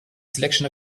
selection